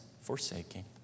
forsaking